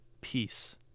peace